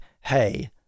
hey